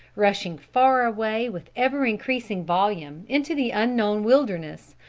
rushing far away, with ever increasing volume, into the unknown wilderness,